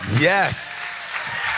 Yes